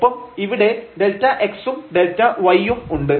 ഒപ്പം ഇവിടെ Δx ഉം Δy യും ഉണ്ട്